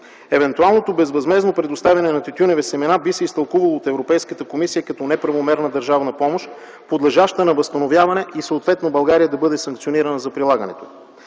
Евентуалното безвъзмездно предоставяне на тютюневи семена би се изтълкувало от Европейската комисия като неправомерна държавна помощ, подлежаща на възстановяване, и съответно България да бъде санкционирана за прилагането